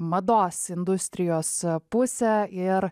mados industrijos pusę ir